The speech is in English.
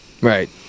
right